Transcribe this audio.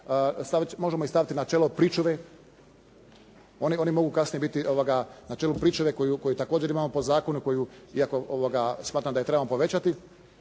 možemo ih staviti načelo pričuve. Oni kasnije mogu biti na čelu pričuve koju također imamo po zakonu koju iako smatram da je trebamo povećati.